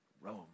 Rome